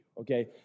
okay